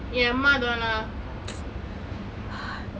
ya என் அம்மா தான்:en amma thaan lah